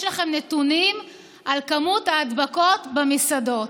האם יש לכם נתונים על כמות ההדבקות במסעדות?